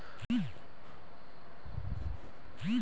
संजू कल मोटर खरीदने शहर जा रहा है